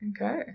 Okay